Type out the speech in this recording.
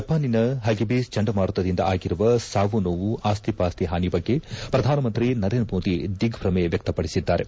ಜಪಾನಿನ ಪಗಿಬೀಸ್ ಚಂಡಮಾರುತದಿಂದ ಆಗಿರುವ ಸಾವು ನೋವು ಆಸ್ತಿ ಪಾಸ್ತಿ ಹಾನಿ ಬಗ್ಗೆ ಪ್ರಧಾನಮಂತ್ರಿ ನರೇಂದ್ರ ಮೋದಿ ದಿಗ್ಗಮೆ ವ್ಯಕ್ತಪಡಿಸಿದ್ದಾರೆ